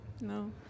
No